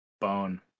bone